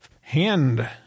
hand